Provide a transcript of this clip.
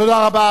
תודה רבה.